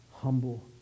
humble